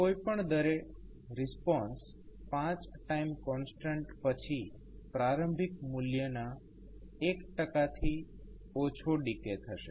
કોઈપણ દરે response 5 time constant પછી પ્રારંભિક મૂલ્યના 1 થી ઓછો ડિકે થશે